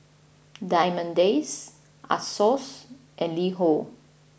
Diamond Days Asos and LiHo